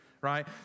right